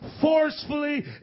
Forcefully